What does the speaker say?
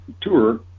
tour